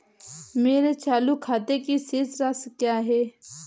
मेरे चालू खाते की शेष राशि क्या है?